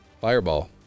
Fireball